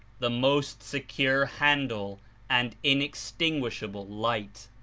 the most secure handle and inextinguishable light.